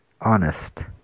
honest